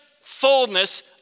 fullness